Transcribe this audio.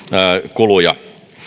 kuluja